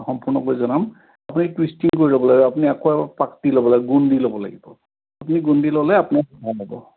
সম্পূৰ্ণকৈ জনাম আপুনি কৰি ল'ব লাগিব আপুনি আকৌ এবাৰ পাত দি ল'ব লাগিব গোন্ধ দি ল'ব লাগিব আপুনি গোন্ধি ল'লে আপোনাৰ ভাল হ'ব